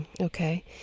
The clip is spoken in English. Okay